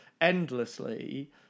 endlessly